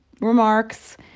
remarks